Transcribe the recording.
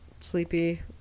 sleepy